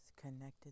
connected